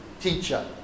teacher